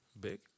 Big